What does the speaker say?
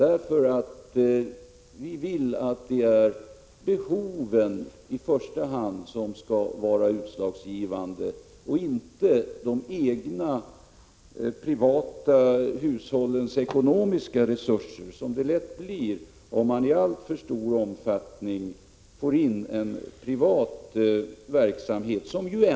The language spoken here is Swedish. Vi vill nämligen att behoven i första hand skall vara utslagsgivande — inte de privata hushållens egna ekonomiska resurser, vilket lätt blir fallet, om man på dessa områden i alltför stor omfattning får in privat verksamhet.